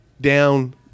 down